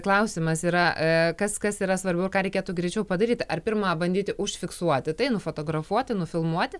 klausimas yra kas kas yra svarbiau ką reikėtų greičiau padaryti ar pirma bandyti užfiksuoti tai nufotografuoti nufilmuoti